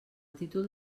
títol